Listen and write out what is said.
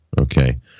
Okay